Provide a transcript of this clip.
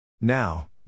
Now